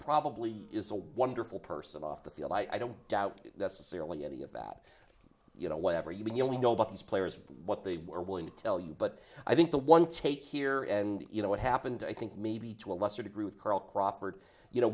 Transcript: probably is a wonderful person off the field i don't doubt that seriously any of that you know whatever you can you only know about these players what they are willing to tell you but i think the one tape here and you know what happened i think maybe to a lesser degree with carl crawford you know